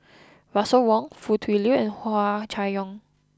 Russel Wong Foo Tui Liew and Hua Chai Yong